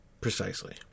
precisely